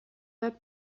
that